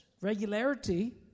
regularity